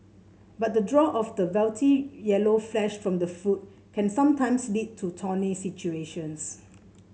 but the draw of the velvety yellow flesh from the fruit can sometimes lead to thorny situations